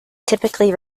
typically